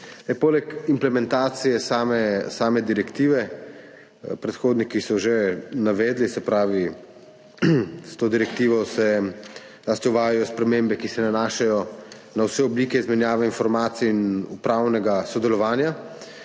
Poleg implementacije same direktive, predhodniki so že navedli, se pravi, s to direktivo se uvajajo zlasti spremembe, ki se nanašajo na vse oblike izmenjave informacij in upravnega sodelovanja.